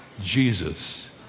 Jesus